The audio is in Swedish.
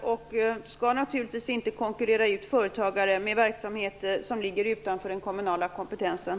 Kommunen skall naturligtvis inte konkurrera ut företagare i verksamheter som ligger utanför den kommunala kompetensen.